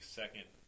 second